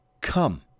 come